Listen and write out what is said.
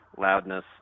loudness